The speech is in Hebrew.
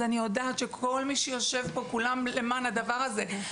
אז אני יודעת שכל מי שיושב פה מגויס למען הדבר הזה,